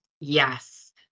Yes